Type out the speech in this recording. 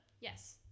yes